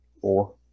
Four